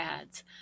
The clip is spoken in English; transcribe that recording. ads